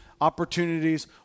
opportunities